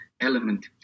element